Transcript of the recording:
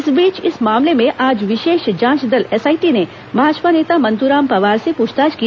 इस बीच इस मामले में आज विशेष जांच दल एसआईटी ने भाजपा नेता मंतूराम पवार से पूछताछ की